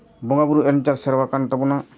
ᱵᱚᱸᱜᱟᱼᱵᱩᱨᱩ ᱮᱢ ᱪᱟᱞ ᱥᱮᱨᱣᱟ ᱠᱟᱱ ᱛᱟᱵᱚᱱᱟ